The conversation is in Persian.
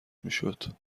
میشد